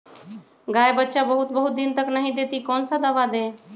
गाय बच्चा बहुत बहुत दिन तक नहीं देती कौन सा दवा दे?